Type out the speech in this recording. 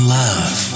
love